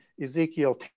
Ezekiel